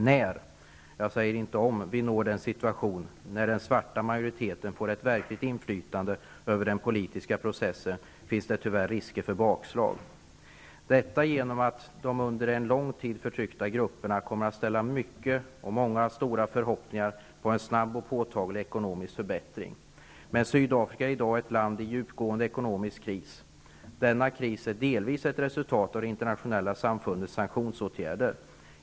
När, jag säger inte om, vi når den situation när den svarta majoriteten får ett verkligt inflytande över den politiska processen finns det tyvärr risk för bakslag, detta genom att de under lång tid förtryckta grupperna kommer att ställa många stora förhoppningar till en snabb och påtaglig ekonomisk förbättring. Men Sydafrika är i dag ett land i en djupgående ekonomisk kris. Denna kris är delvis ett resultat av det internationella samfundets sanktionsåtgärder.